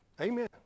Amen